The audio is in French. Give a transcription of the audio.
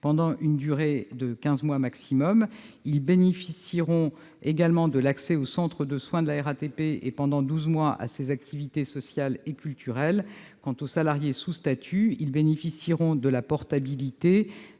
pendant une durée de quinze mois maximum, ainsi que de l'accès au centre de soins de la RATP et, pendant douze mois, à ses activités sociales et culturelles. Quant aux salariés sous statut, ils bénéficieront de la portabilité,